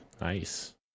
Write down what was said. Nice